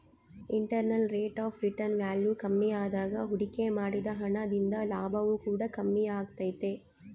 internal rate of return value ಕಮ್ಮಿಯಾದಾಗ ಹೂಡಿಕೆ ಮಾಡಿದ ಹಣ ದಿಂದ ಲಾಭವು ಕೂಡ ಕಮ್ಮಿಯಾಗೆ ತೈತೆ